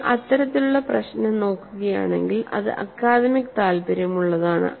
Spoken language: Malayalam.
നിങ്ങൾ അത്തരത്തിലുള്ള പ്രശ്നം നോക്കുകയാണെങ്കിൽ അത് അക്കാദമിക് താൽപ്പര്യമുള്ളതാണ്